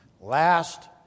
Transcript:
last